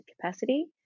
capacity